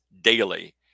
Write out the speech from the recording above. daily